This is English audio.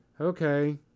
okay